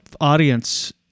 audience